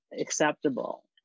acceptable